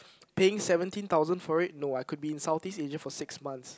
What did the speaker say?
paying seventeen thousand for it no I could be in Southeast Asia for six months